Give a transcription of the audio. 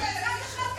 עם אותה התוכנית,